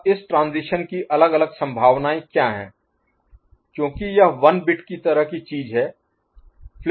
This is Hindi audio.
अब इस इस ट्रांजीशन की अलग अलग संभावनाएं क्या हैं क्योंकि यह 1 बिट की तरह की चीज है